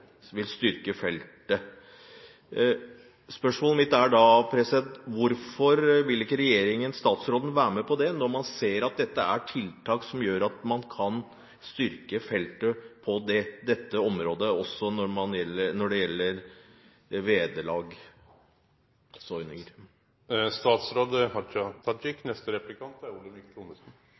styrke feltet. Spørsmålet mitt er: Hvorfor vil ikke regjeringen og statsråden være med på det, når man ser at dette er tiltak som gjør at man kan styrke feltet også når det gjelder vederlagsordninger? Eg oppfatta at det var to spørsmål som vart stilte. Det